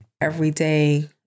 everyday